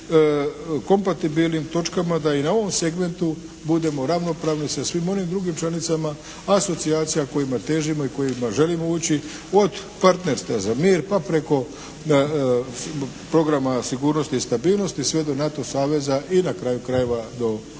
kompatibilnim točkama da i na ovom segmentu budemo ravnopravni sa svim onim drugim članicama, asocijacija kojima težimo, kojima želimo ući od partnerstva za mir pa preko programa sigurnosti i stabilnosti sve do NATO saveza i na kraju krajeva do Europske